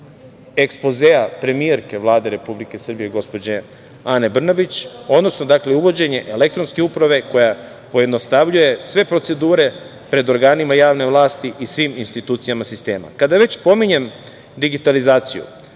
ekspozea premijerke Vlade Republike Srbije, gospođe Ane Brnabić, odnosno uvođenje elektronske uprave koja pojednostavljuje sve procedure pred organima javne vlasti i svim institucijama sistema. Kada već pominjem digitalizaciju,